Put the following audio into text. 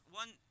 one